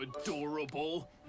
adorable